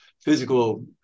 physical